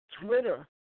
Twitter